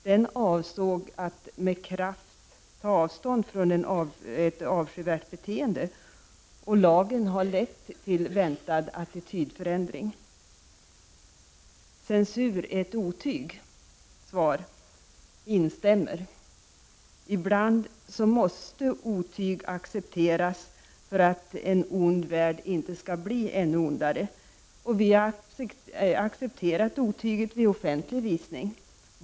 Den avsåg att med kraft ta avstånd från ett avskyvärt beteende. Lagen har lett till väntad attitydförändring. Censur är ett otyg. Svar: Instämmer! Ibland måste otyg accepteras för att en ond värld inte skall bli ännu ondare. Vi har accepterat ”otyget” vid offentlig visning.